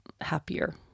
happier